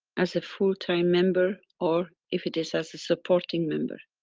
as a full-time member or, if it is as a supporting member.